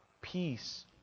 peace